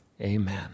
amen